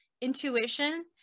intuition